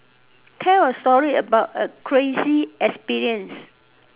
tell a story about a crazy experience